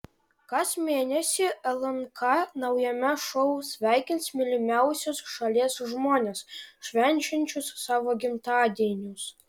kas mėnesį lnk naujame šou sveikins mylimiausius šalies žmones švenčiančius savo gimtadienius